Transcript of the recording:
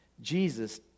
Jesus